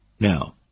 Now